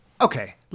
okay